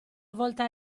volta